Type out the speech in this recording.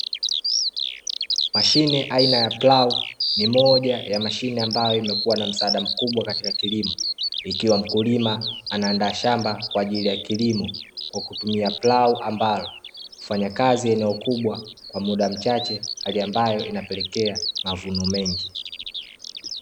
Mashine aina ya plau ni moja ya mashine ambayo imekuwa na msaada mkubwa katika kilimo, ikiwa mkulima anaandaa shamba kwa ajili ya kilimo kwa kutumia plau ambalo hufanya kazi eneo kubwa kwa muda mchache hali ambayo inapelekea mavuno mengi.